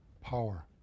power